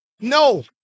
No